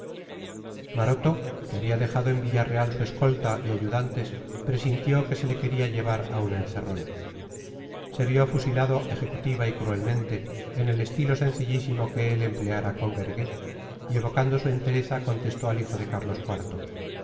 maroto que había dejado en villarreal su escolta y ayudantes presintió que se le quería llevar a una encerrona se vio fusilado ejecutiva y cruelmente en el estilo sencillísimo que él empleara con guergué y evocando su entereza contestó al hijo de carlos